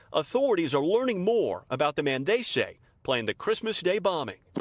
authorities are learning more about the man they say planned the christmas day bombing.